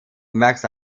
max